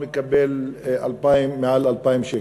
מקבל מעל 2,000 שקלים.